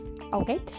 okay